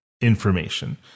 information